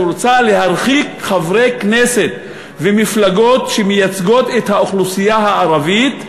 שרוצה להרחיק חברי כנסת ומפלגות שמייצגות את האוכלוסייה הערבית.